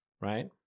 Right